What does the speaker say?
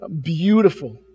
beautiful